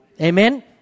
Amen